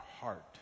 heart